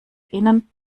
innen